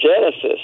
Genesis